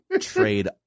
trade